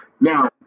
Now